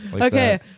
Okay